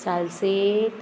Salcete